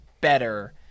better